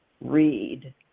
read